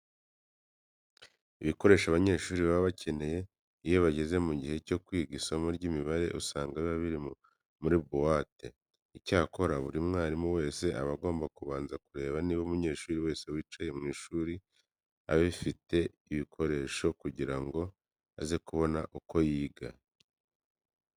Ibikoresho abanyeshuri baba bakeneye iyo bageze mu gihe cyo kwiga isomo ry'imibare usanga biba biri muri buwate. Icyakora buri mwarimu wese aba agomba kubanza kureba niba umunyeshuri wese wicaye mu ishuri afite ibi bikoresho kugira ngo aze kubona uko yiga.